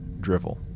drivel